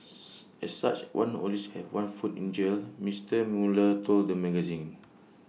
as such one always has one foot in jail Mister Mueller told the magazine